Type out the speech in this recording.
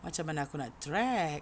macam mana aku nak track